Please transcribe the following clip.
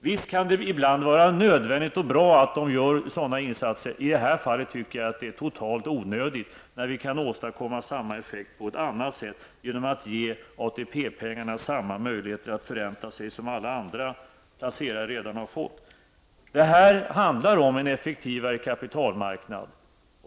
Visst kan det ibland vara nödvändigt och bra att göra sådana insatser, men i detta fall tycker jag att det är totalt onödigt, eftersom vi kan uppnå samma effekt på annat sätt, nämligen genom att ge ATP-pengarna samma möjlighet att förränta sig som alla andra placerare redan har givits. Det handlar om en effektivare kapitalmarknad.